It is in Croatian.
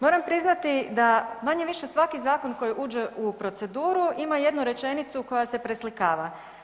Moram priznati da manje-više svaki zakon koji uđe u proceduru ima jednu rečenicu koja se preslikama.